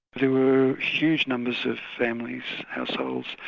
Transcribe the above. there were huge numbers of families, households,